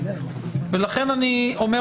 לכן אני אומר